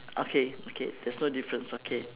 okay okay there's no difference okay